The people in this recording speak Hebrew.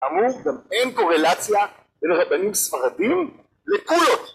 אמור גם, אין קורלציה בין הרבנים הספרדיים לקולות